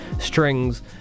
strings